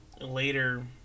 later